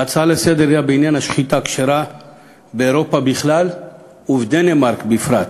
ההצעה לסדר-היום היא בעניין השחיטה הכשרה באירופה בכלל ובדנמרק בפרט.